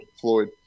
Floyd